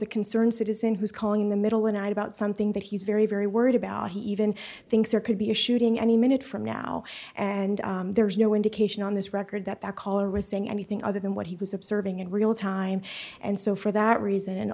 a concerned citizen who's calling in the middle and i about something that he's very very worried about he even thinks there could be a shooting any minute from now and there's no indication on this record that that caller was saying anything other than what he was observing in real time and so for that reason and